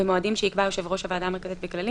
במועדים שיקבע יושב ראש הוועדה המרכזית בכללים,